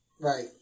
Right